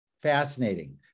fascinating